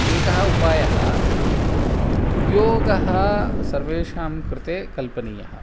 एकः उपायः उद्योगः सर्वेषां कृते कल्पनीयः